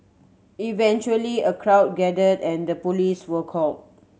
eventually a crowd gathered and the police were called